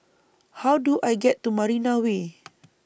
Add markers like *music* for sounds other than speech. How Do I get to Marina Way *noise*